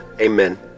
amen